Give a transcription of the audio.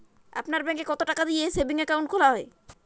আপনার ব্যাংকে কতো টাকা দিয়ে সেভিংস অ্যাকাউন্ট খোলা হয়?